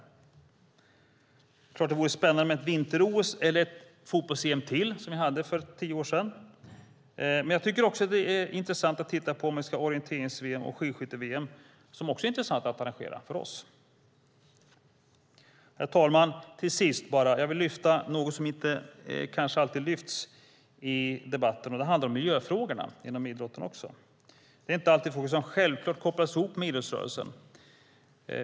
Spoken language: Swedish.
Det är klart att det vore spännande med ett vinter-OS eller ett fotbolls-EM till, som vi hade för tio år sedan, men jag tycker också att det är intressant att titta på om vi ska ha orienterings-VM och skidskytte-VM, som också är intressanta att arrangera för oss. Herr talman! Till sist vill jag ta upp något som inte alltid lyfts fram i debatten. Det handlar om miljöfrågorna inom idrotten. Det är inte alltid frågor som självklart kopplas ihop med idrottsrörelsen.